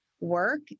work